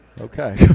Okay